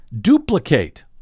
duplicate